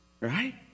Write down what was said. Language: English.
Right